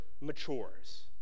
matures